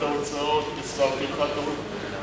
קיים בפסיקת ההוצאות בשכר טרחת עורכי-דין.